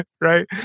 right